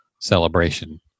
celebration